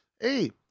hey